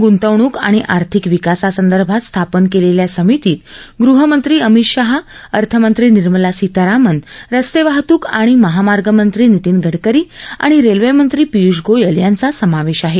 ग्रंतवणूक आणि आर्थिक विकासासंदर्भात स्थापन केलेल्या समितीत गृह मंत्री अमित शाह अर्थमंत्री निर्मला सीतारामन रस्ते वाहतूक आणि महामार्ग मंत्री नितीन गडकरी आणि रेल्वे मंत्री पिय्ष गोयल यांचा समावेश आहे